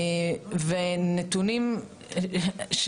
ואם הנתון הזה